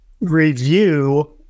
review